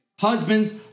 Husbands